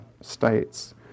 states